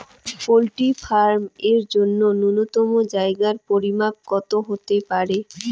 Poultry farm এর জন্য নূন্যতম জায়গার পরিমাপ কত হতে পারে?